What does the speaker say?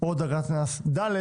או דרגת קנס ד',